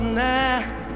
now